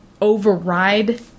override